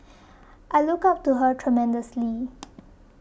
I look up to her tremendously